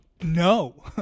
no